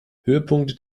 höhepunkt